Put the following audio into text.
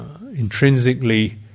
intrinsically